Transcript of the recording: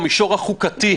של פגיעה רטרואקטיבית,